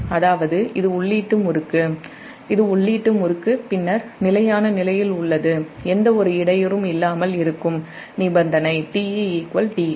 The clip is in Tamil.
அதாவதுஇது உள்ளீட்டு முறுக்கு பின்னர் நிலையான நிலையில் உள்ளது எந்தவொரு இடையூறும் இல்லாமல் இருக்கும் நிபந்தனை Te Ti